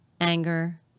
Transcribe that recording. anger